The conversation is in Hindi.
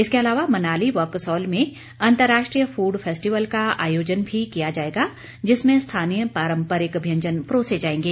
इसके अलावा मनाली व कसोल में अंतर्राष्ट्रीय फूड फैस्टिवल का आयोजन भी किया जाएगा जिसमें स्थानीय पारम्परिक व्यंजन परोसे जाएंगे